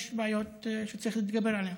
יש בעיות שצריך להתגבר עליהן.